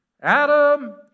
Adam